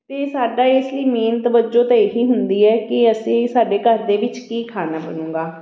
ਅਤੇ ਸਾਡਾ ਇਸ ਲਈ ਮੇਨ ਤਵੱਜੋਂ ਤਾਂ ਇਹੀ ਹੁੰਦੀ ਹੈ ਕਿ ਅਸੀਂ ਸਾਡੇ ਘਰ ਦੇ ਵਿੱਚ ਕੀ ਖਾਣਾ ਬਣੇਗਾ